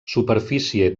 superfície